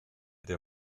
der